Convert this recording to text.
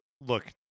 look